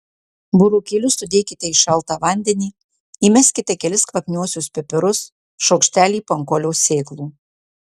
burokėlius sudėkite į šaltą vandenį įmeskite kelis kvapniuosius pipirus šaukštelį pankolio sėklų